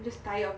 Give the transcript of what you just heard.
just tired of